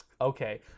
Okay